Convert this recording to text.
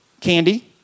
Candy